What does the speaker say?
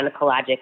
gynecologic